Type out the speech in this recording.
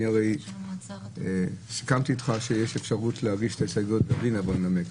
אני הרי סיכמתי אתך שיש אפשרות להגיש את ההסתייגויות בלי לבוא ולנמק,